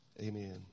Amen